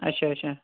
اچھا اچھا